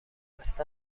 اصلا